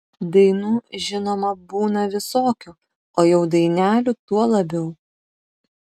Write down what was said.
dainų žinoma būna visokių o jau dainelių tuo labiau